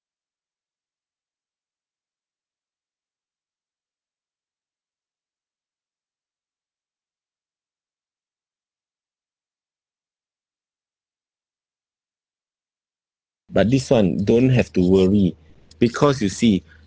but this [one] don't have to worry because you see